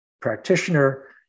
practitioner